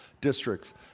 districts